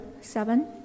seven